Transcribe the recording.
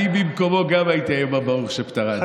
אני במקומו גם הייתי בברוך שפטרנו,